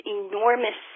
enormous